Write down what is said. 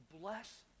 bless